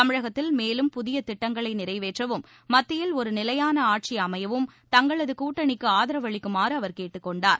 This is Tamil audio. தமிழகத்தில் மேலும் புதியதிட்டங்களைநிறைவேற்றவும் மத்தியில் ஒருநிலையானஆட்சிஅமையவும் தங்களதுகூட்டணிக்குஆதரவளிக்குமாறுஅவர் கேட்டுக் கொண்டார்